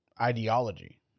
ideology